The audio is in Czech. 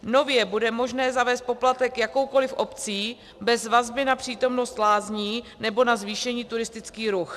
Nově bude možné zavést poplatek jakoukoliv obcí bez vazby na přítomnost lázní nebo na zvýšený turistický ruch.